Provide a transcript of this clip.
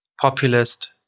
Populist